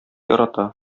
ярата